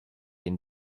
den